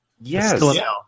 Yes